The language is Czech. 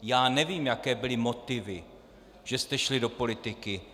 Já nevím, jaké byly motivy, že jste šli do politiky.